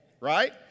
right